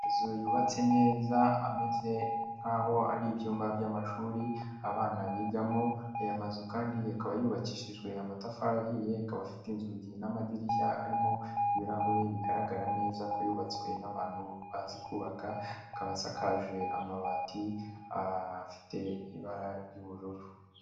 Inzu yubatse neza imeze nk'aho ari ibyumba by'amashuri abana bigamo, aya mazu kandi akaba yubakishijwe amatafari ahiye, akaba afite inzugi n'amadirishya arimo ibirahure bigaragara neza ko yubatswe n'abantu bazi kubaka, akaba asakaje amabati afite ibara ry'ubururu.